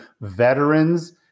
veterans